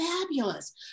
fabulous